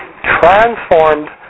transformed